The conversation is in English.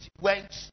went